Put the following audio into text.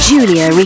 Julia